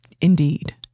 Indeed